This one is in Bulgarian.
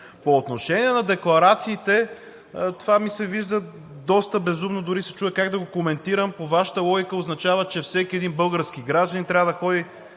По отношение на декларациите, това ми се вижда доста безумно, дори се чудя как да го коментирам. По Вашата логика означава, че всеки един български гражданин трябва да ходи